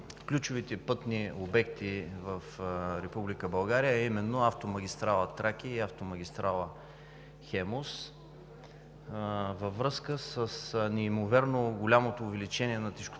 ключовите пътни обекти в Република България, а именно автомагистрала „Тракия“ и автомагистрала „Хемус“. Във връзка с неимоверно голямото увеличение на тежкотоварния